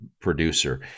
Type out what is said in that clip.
producer